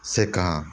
ਸਿੱਖ ਹਾਂ